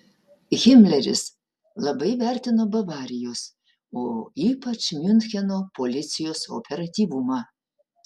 himleris labai vertino bavarijos o ypač miuncheno policijos operatyvumą